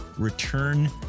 return